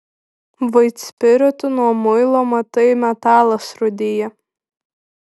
vaitspiritu nuo muilo matai metalas rūdija